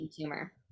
tumor